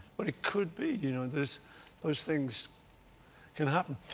but it could be. you know, those those things can happen.